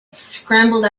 scrambled